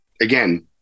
again